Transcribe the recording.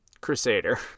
Crusader